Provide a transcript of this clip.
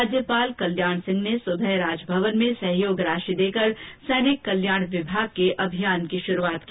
राज्यपाल कल्याण सिंह ने सुबह राजभवन में सहयोग राशि देकर सैनिक कल्याण विभाग के अभियान की शुरूआत की